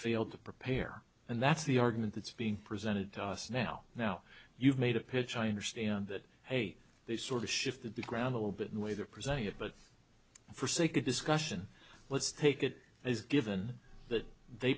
failed to prepare and that's the argument that's been presented to us now now you've made a pitch i understand that hey they sort of shifted the ground a little bit in way they're presenting it but for sake of discussion let's take it as given that they